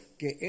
que